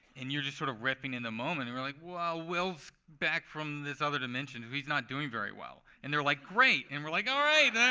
and you're just sort of riffing in the moment and you're like, well, will's back from this other dimension, and he's not doing very well. and they're like, great! and we're like, all right!